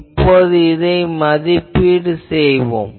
இப்போது இதை மதிப்பீடு செய்வோம்